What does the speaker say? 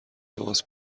لباس